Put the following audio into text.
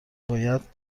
باید